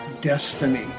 destiny